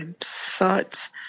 sites